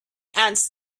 ends